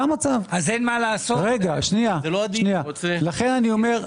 אבל זה לא הדיון שלנו.